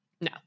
no